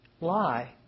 lie